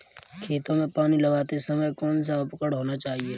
खेतों में पानी लगाते समय कौन सा उपकरण होना चाहिए?